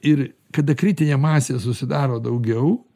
ir kada kritinė masė susidaro daugiau